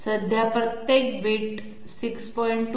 सध्या प्रत्येक बिट 6